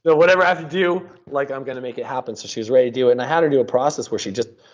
but whatever i have to do, like i'm going to make it happen. so she was ready to do it, and i had her do a process where she just.